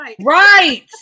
Right